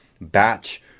batch